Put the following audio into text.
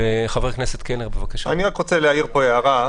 חבר הכנסת קלנר, בבקשה אני רוצה להעיר הערה.